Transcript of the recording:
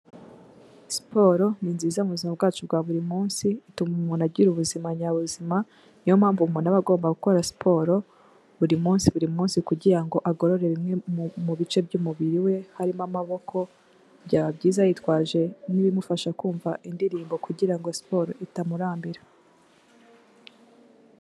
Siporo ni nziza mubuzima bwacu bwa buri munsi ituma umuntu agira ubuzima nyabuzima, niyo mpamvu umuntu aba agomba gukora siporo buri munsi buri munsi kugira ngo agorore bimwe mu bice by'umubiri we, harimo amaboko byaba byiza yitwaje n'ibimufasha kumva indirimbo kugir ango siporo itamurambira.